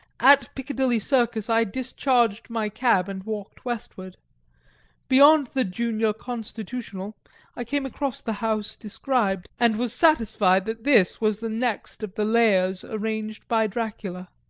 at piccadilly circus i discharged my cab, and walked westward beyond the junior constitutional i came across the house described, and was satisfied that this was the next of the lairs arranged by dracula.